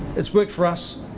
it's worked for us.